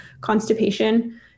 constipation